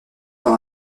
par